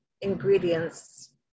ingredients